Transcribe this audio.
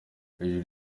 hejuru